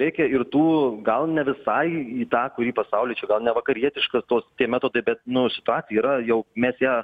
reikia ir tų gal ne visai į tą kurį pasaulį čia gal nevakarietiška tos tie metodai bet nu situacija yra jau mes ją